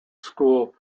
school